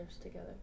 together